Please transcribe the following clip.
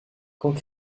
quand